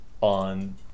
on